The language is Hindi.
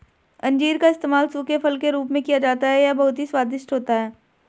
अंजीर का इस्तेमाल सूखे फल के रूप में किया जाता है यह बहुत ही स्वादिष्ट होता है